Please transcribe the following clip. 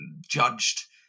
judged